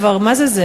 כבר מה זה,